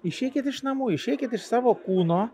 išeikit iš namų išeikit iš savo kūno